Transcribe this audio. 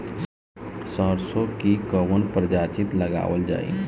सरसो की कवन प्रजाति लगावल जाई?